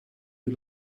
you